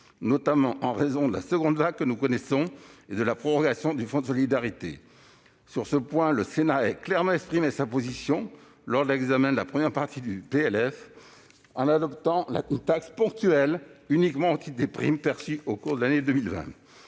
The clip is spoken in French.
notamment en raison de la seconde vague que nous connaissons et de la prorogation du Fonds de solidarité. Sur ce point, le Sénat a clairement exprimé sa position lors de l'examen de la première partie du PLF pour 2021, en adoptant une taxe ponctuelle de 2 %, au titre des seules primes perçues au cours de l'année 2020.